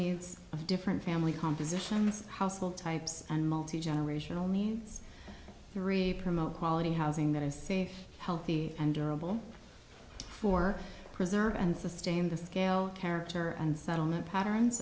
needs of different family compositions household types and multi generational needs three promote quality housing that is safe healthy and durable for preserve and sustain the scale character and settlement patterns